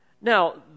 Now